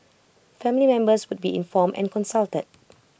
family members would be informed and consulted